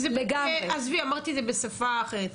עזבי, אמרתי את זה בשפה אחרת.